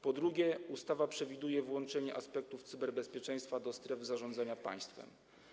Po drugie, ustawa przewiduje włączenie aspektów cyberbezpieczeństwa do stref zarządzania państwem.